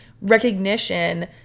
recognition